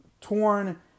torn